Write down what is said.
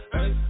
Hey